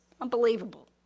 unbelievable